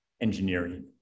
engineering